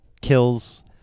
kills